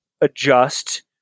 adjust